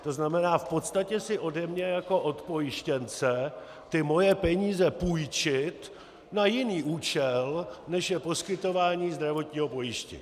To znamená v podstatě si ode mě jako od pojištěnce ty moje peníze půjčit na jiný účel, než je poskytování zdravotního pojištění.